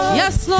yes